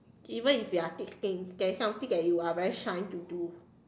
even if you're thinking there is something that you are very shy to do